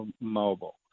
mobile